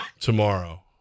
tomorrow